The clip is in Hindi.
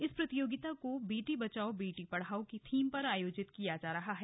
इस प्रतियोगिता को बेटी पढ़ाओ बेटी बचाओ की थीम पर आयोजित किया जा रहा है